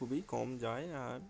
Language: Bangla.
খুবই কম যায় আর